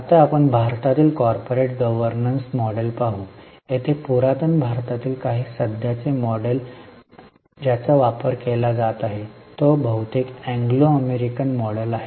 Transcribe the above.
आता आपण भारतातील कॉर्पोरेट गव्हर्नन्स मॉडेल पाहू येथे पुरातन भारतातील कारण सध्याचे मॉडेल ज्याचा वापर केला जात आहे तो बहुतेक अँग्लो अमेरिकन मॉडेल आहे